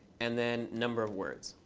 and then number of words.